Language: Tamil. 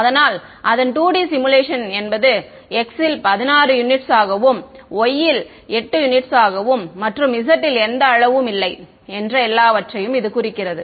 அதனால் அதன் 2D சிமுலேஷன் என்பது X இல் 16 யூனிட்ஸ் y இல் 8 யூனிட்ஸ் மற்றும் z இல் எந்த அளவும் இல்லை என்ற எல்லாவற்றையும் இது குறிக்கிறது